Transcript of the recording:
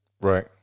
right